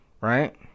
right